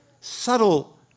subtle